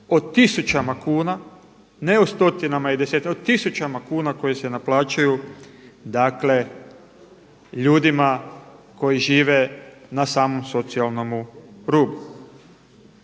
o tisućama kuna, ne o stotinama i desetinama, o tisućama kuna koje se naplaćuju, dakle ljudima koji žive na samom socijalnom rubu.